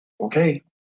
Okay